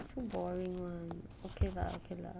so boring [one] okay lah okay lah